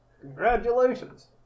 Congratulations